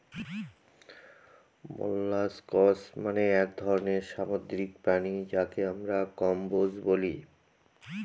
molluscs মানে এক ধরনের সামুদ্রিক প্রাণী যাকে আমরা কম্বোজ বলি